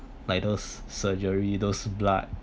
like those surgery those blood